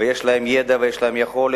ויש להם ידע ויכולת.